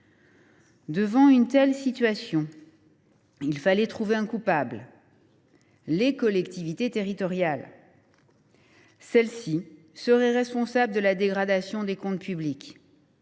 Devant une telle situation, il fallait trouver un coupable : les collectivités territoriales ! Celles ci seraient responsables de la dégradation des comptes publics